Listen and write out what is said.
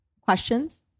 questions